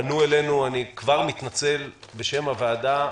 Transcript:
פנו אלינו אני כבר מתנצל בשם הוועדה,